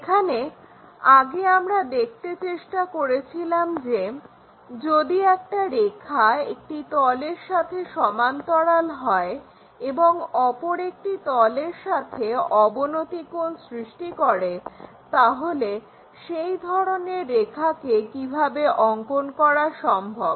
এখানে আগে আমরা দেখতে চেষ্টা করেছিলাম যে যদি একটা রেখা একটি তলের সাথে সমান্তরাল হয় এবং অপর একটি তলের সাথে অবনতি কোণ সৃষ্টি করে তাহলে সেই ধরনের রেখাকে কিভাবে অঙ্কন করা সম্ভব